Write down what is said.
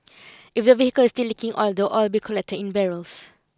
if the vehicle is still leaking oil the oil will be collected in barrels